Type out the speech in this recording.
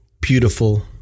beautiful